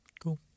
Cool